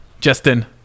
Justin